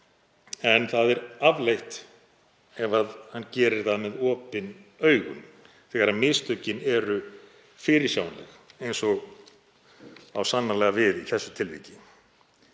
en það er afleitt ef hann gerir þau með opin augun, þegar mistökin eru fyrirsjáanleg, eins og á sannarlega við í þessu tilviki.